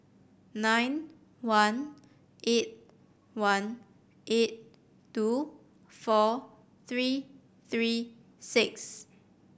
nine one eight one eight two four three three six